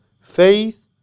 faith